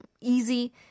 easy